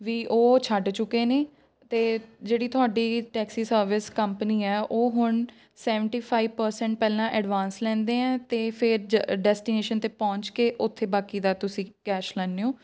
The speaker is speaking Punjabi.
ਵੀ ਉਹ ਛੱਡ ਚੁੱਕੇ ਨੇ ਅਤੇ ਜਿਹੜੀ ਤੁਹਾਡੀ ਟੈਕਸੀ ਸਰਵਿਸ ਕੰਪਨੀ ਹੈ ਉਹ ਹੁਣ ਸੈਵੰਟੀ ਫਾਈਵ ਪ੍ਰਸੈਂਟ ਪਹਿਲਾਂ ਐਡਵਾਂਸ ਲੈਂਦੇ ਆ ਅਤੇ ਫਿਰ ਜ ਡੈਸਟੀਨੇਸ਼ਨ 'ਤੇ ਪਹੁੰਚ ਕੇ ਉੱਥੇ ਬਾਕੀ ਦਾ ਤੁਸੀਂ ਕੈਸ਼ ਲੈਂਦੇ ਹੋ